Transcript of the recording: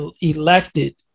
elected